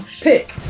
pick